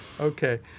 Okay